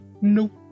nope